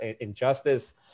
Injustice